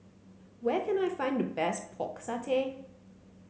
where can I find the best Pork Satay